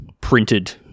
printed